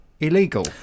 illegal